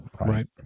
Right